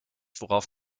worauf